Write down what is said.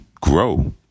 grow